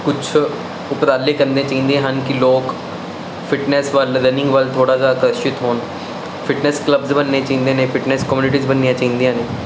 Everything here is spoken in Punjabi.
ਕੁਛ ਉਪਰਾਲੇ ਕਰਨੇ ਚਾਹੀਦੇ ਹਨ ਕੀ ਲੋਕ ਫਿਟਨੈਸ ਵੱਲ ਰਨਿੰਗ ਵੱਲ ਥੋੜਾ ਜਿਹਾ ਆਕਰਸ਼ਿਤ ਹੋਣ ਫਿਟਨੈਸ ਕਲੱਬਸ ਬਣਨੇ ਚਾਹੀਦੇ ਨੇ ਫਿਟਨੈਸ ਕਮਿਊਨਿਟੀਜ਼ ਬਣਨੀਆਂ ਚਾਹੀਦੀਆਂ ਨੇ